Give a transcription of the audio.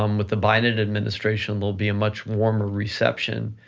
um with the biden administration, there'll be a much warmer reception